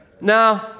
No